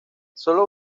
solo